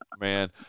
man